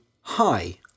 hi